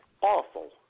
awful